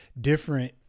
different